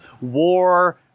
war